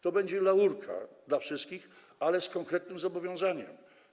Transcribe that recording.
To będzie laurka dla wszystkich, ale z konkretnym zobowiązaniem.